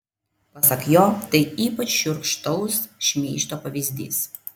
pasak jo tai ypač šiurkštaus šmeižto pavyzdys